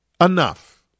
enough